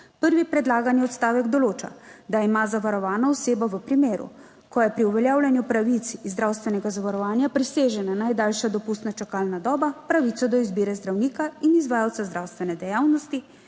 Prvi predlagani odstavek določa, da ima zavarovana oseba v primeru, ko je pri uveljavljanju pravic iz zdravstvenega zavarovanja presežena najdaljša dopustna čakalna doba, pravico do izbire zdravnika in izvajalca zdravstvene dejavnosti,